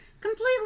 completely